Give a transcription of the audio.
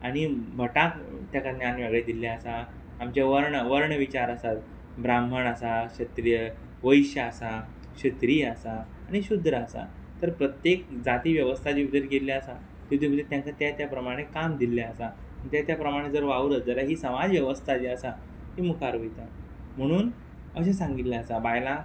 आणी भटाक तेका न्यान वेगळें दिल्लें आसा आमचे वर्ण वर्ण विचार आसात ब्राम्हण आसा क्षत्रीय वैश्य आसा क्षत्रीय आसा आणी शुद्र आसा तर प्रत्येक जाती वेवस्था जी भितर केल्ली आसा तितून भितर तेंकां त्या त्या प्रमाणे काम दिल्लें आसा त्या त्या प्रमाणे जर वावरत जाल्या ही समाज वेवस्था जी आसा ती मुखार वयता म्हुणून अशें सांगिल्लें आसा बायलां